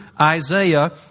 Isaiah